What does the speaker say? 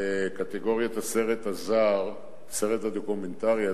בקטגוריית הסרט הדוקומנטרי הזר,